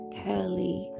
curly